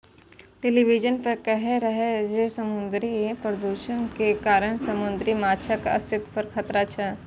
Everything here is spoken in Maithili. टेलिविजन पर कहै रहै जे समुद्री प्रदूषण के कारण समुद्री माछक अस्तित्व पर खतरा छै